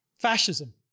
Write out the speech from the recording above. Fascism